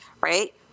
right